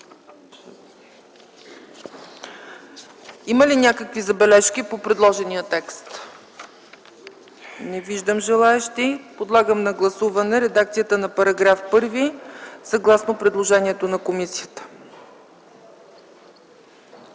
Има ли някакви забележки по предложения текст? Не виждам желаещи. Подлагам на гласуване редакцията на § 1, съгласно предложението на комисията.